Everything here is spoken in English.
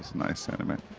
nice sentiment.